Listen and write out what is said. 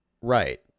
right